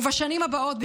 ובשנים הבאות,